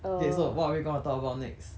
okay so what are we gonna talk about next